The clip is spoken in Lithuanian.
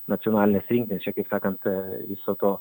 nacionalinės rinktinės čia kaip sakant viso to